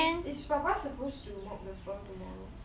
is is papa suppose to mop the floor tomorrow